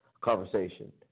conversation